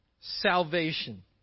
Salvation